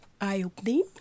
eye-opening